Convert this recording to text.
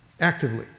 actively